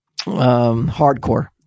Hardcore